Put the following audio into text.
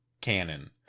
canon